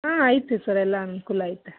ಆಂ ಐತೆ ಸರ್ ಎಲ್ಲ ಅನುಕೂಲ ಐತೆ